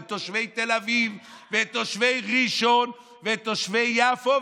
את תושבי תל אביב ואת תושבי ראשון ואת תושבי יפו,